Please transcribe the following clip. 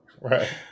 Right